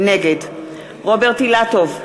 נגד רוברט אילטוב,